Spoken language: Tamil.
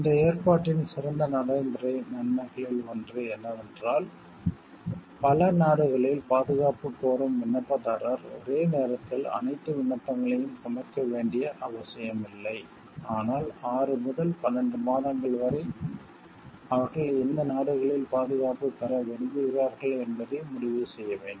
இந்த ஏற்பாட்டின் சிறந்த நடைமுறை நன்மைகளில் ஒன்று என்னவென்றால் பல நாடுகளில் பாதுகாப்பு கோரும் விண்ணப்பதாரர் ஒரே நேரத்தில் அனைத்து விண்ணப்பங்களையும் சமர்ப்பிக்க வேண்டிய அவசியமில்லை ஆனால் 6 முதல் 12 மாதங்கள் வரை அவர்கள் எந்த நாடுகளில் பாதுகாப்பு பெற விரும்புகிறார்கள் என்பதை முடிவு செய்ய வேண்டும்